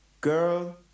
Girl